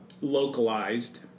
localized